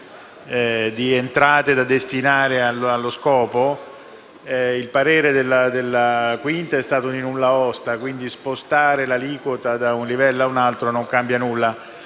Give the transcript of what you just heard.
di entrate da destinare allo scopo, il parere della 5[a] Commissione è stato di nullaosta. Quindi, spostare l’aliquota da un livello ad un altro non cambia nulla.